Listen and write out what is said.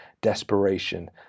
desperation